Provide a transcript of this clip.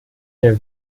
der